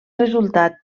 resultat